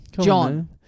John